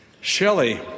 Shelley